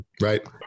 Right